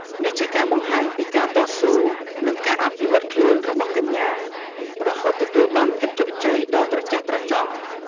នេះជាការបង្ហាញពីការតស៊ូ និងការអភិវឌ្ឍន៍ខ្លួនរបស់កញ្ញារហូតទទួលបានភាពជោគជ័យដ៏ត្រចះត្រចង់។